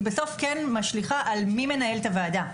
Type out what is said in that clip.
היא בסוף כן משליכה על מי מנהל את הוועדה.